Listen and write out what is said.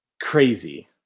crazy